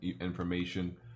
information